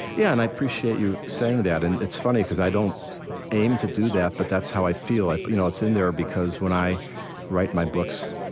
yeah, and i appreciate you saying that. and it's funny because i don't aim to do that, but that's how i feel. but you know it's in there because, when i write my books,